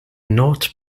not